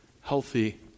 healthy